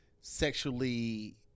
sexually